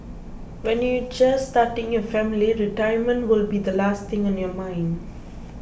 when you are just starting your family retirement will be the last thing on your mind